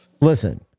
listen